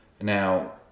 Now